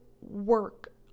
work